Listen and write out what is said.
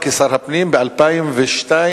רצויות למדינת ישראל בהליכים משפטיים,